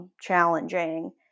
Challenging